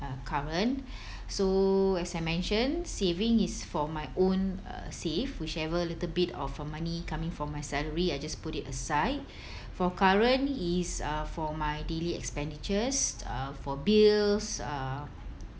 uh current so as I mentioned saving is for my own uh save whichever little bit of uh money coming from my salary I just put it aside for current is uh for my daily expenditures uh for bills uh